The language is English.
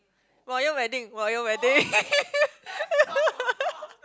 royal wedding royal wedding